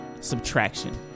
subtraction